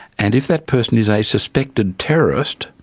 and if that person is a suspected terrorist,